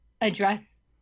address